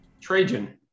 Trajan